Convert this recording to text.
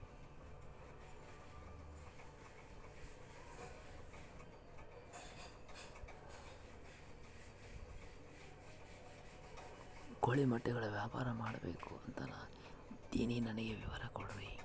ಕೋಳಿ ಮೊಟ್ಟೆಗಳ ವ್ಯಾಪಾರ ಮಾಡ್ಬೇಕು ಅಂತ ಇದಿನಿ ನನಗೆ ವಿವರ ಕೊಡ್ರಿ?